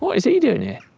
is he doing here,